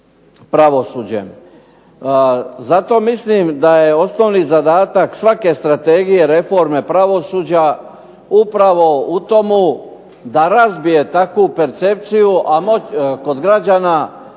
pravosuđem. Zato mislim da je osnovni zadatak svake strategije, reforme pravosuđa upravo u tome da razbije takvu percepciju a kod građana, a